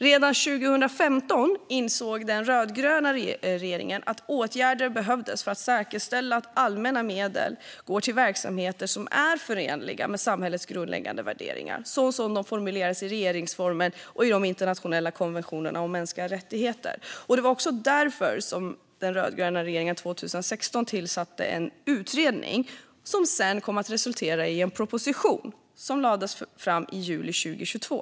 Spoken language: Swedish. Redan 2015 insåg den rödgröna regeringen att åtgärder behövdes för att säkerställa att allmänna medel går till verksamheter som är förenliga med samhällets grundläggande värderingar, så som de formuleras i regeringsformen och i de internationella konventionerna om mänskliga rättigheter. Det var också därför den rödgröna regeringen 2016 tillsatte en utredning som sedan kom att resultera i en proposition, som lades fram i juli 2022.